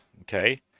okay